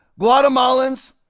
Guatemalans